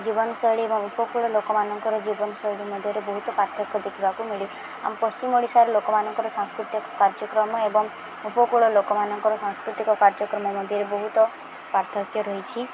ଜୀବନଶୈଳୀ ଏବଂ ଉପକୂଳ ଲୋକମାନଙ୍କର ଜୀବନଶୈଳୀ ମଧ୍ୟରେ ବହୁତ ପାର୍ଥକ୍ୟ ଦେଖିବାକୁ ମିଳେ ଆମ ପଶ୍ଚିମ ଓଡ଼ିଶାରେ ଲୋକମାନଙ୍କର ସାଂସ୍କୃତିକ କାର୍ଯ୍ୟକ୍ରମ ଏବଂ ଉପକୂଳ ଲୋକମାନଙ୍କର ସାଂସ୍କୃତିକ କାର୍ଯ୍ୟକ୍ରମ ମଧ୍ୟରେ ବହୁତ ପାର୍ଥକ୍ୟ ରହିଛି